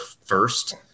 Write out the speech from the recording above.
first